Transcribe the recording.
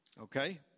okay